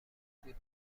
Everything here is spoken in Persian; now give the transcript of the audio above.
بود